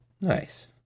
Nice